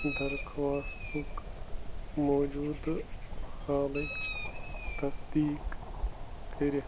درخوٛاستُک موجوٗدہ حالٕچ تصدیٖق کٔرِتھ